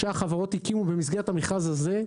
שהחברות הקימו במסגרת המכרז הזה.